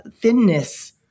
thinness